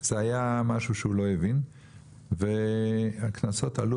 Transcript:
זה היה משהו שהוא לא הבין והקנסות עלו